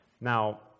Now